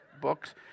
books